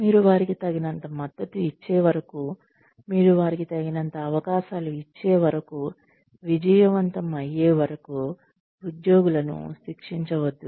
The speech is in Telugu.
మీరు వారికి తగినంత మద్దతు ఇచ్చే వరకు మీరు వారికి తగినంత అవకాశాలు ఇచ్చేవరకు విజయవంతం అయ్యే వరకు ఉద్యోగులను శిక్షించవద్దు